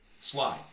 slide